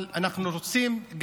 אבל אנחנו רוצים,